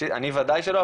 אני בוודאי שלא,